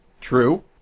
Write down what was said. True